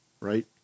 Right